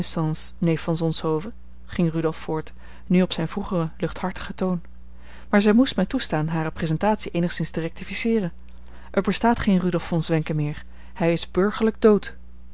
neef van zonshoven ging rudolf voort nu op zijn vroegeren luchthartigen toon maar zij moest mij toestaan hare presentatie eenigszins te rectificeeren er bestaat geen rudolf von zwenken meer hij is burgerlijk dood